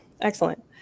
Excellent